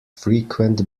frequent